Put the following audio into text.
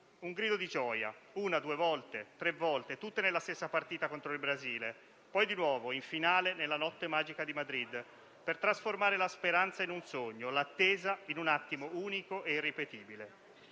Un grido di gioia: una, due, tre volte, tutte nella stessa partita contro il Brasile; poi, di nuovo, in finale, nella notte magica di Madrid, per trasformare la speranza in un sogno, l'attesa in un attimo unico e irripetibile.